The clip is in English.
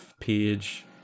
page